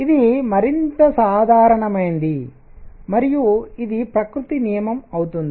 ఇది మరింత సాధారణమైనది మరియు ఇది ప్రకృతి నియమం అవుతుంది